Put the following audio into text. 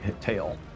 tail